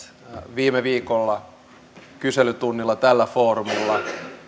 viime viikolla kyselytunnilla tällä foorumilla